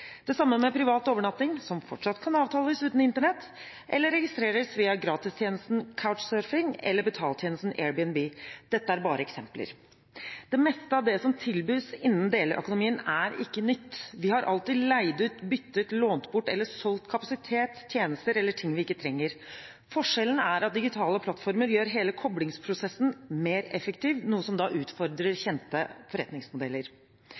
Det samme er det med privat overnatting, som fortsatt kan avtales uten Internett eller registreres via gratistjenesten Couchsurfing eller betaltjenesten Airbnb. Dette er bare eksempler. Det meste av det som tilbys innen deleøkonomien, er ikke nytt. Vi har alltid leid ut, byttet, lånt bort eller solgt kapasitet, tjenester eller ting vi ikke trenger. Forskjellen er at digitale plattformer gjør hele koblingsprosessen mer effektiv, noe som da utfordrer kjente forretningsmodeller.